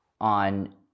on